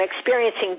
experiencing